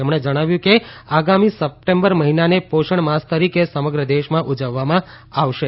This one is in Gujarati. તેમણે જણાવ્યું કે આગામી સપ્ટેમ્બર મહિનાને પોષણમાસ તરીકે સમગ્ર દેશમાં ઉજવવામાં આવશે